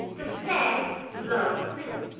the stag loved milk,